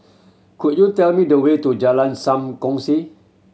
could you tell me the way to Jalan Sam Kongsi